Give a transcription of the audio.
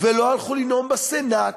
ולא הלכו לנאום בסנאט,